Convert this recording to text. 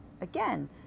Again